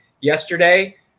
yesterday